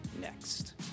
next